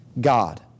God